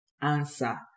answer